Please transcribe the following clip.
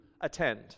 attend